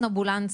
אופנולנס,